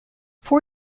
for